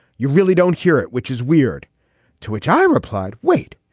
you really don't hear it. which is weird to which i replied. wait,